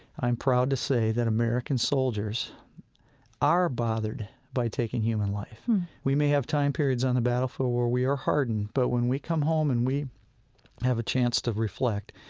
i'm proud to say that american soldiers are bothered by taking human life we may have time periods on the battlefield where we are hardened, but when we come home and we have a chance to reflect,